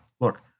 Look